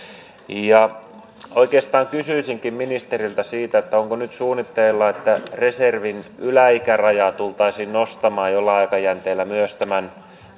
oikeastaan kysyisinkin ministeriltä siitä onko nyt suunnitteilla että myös reservin yläikäraja tultaisiin nostamaan jollain aikajänteellä tämän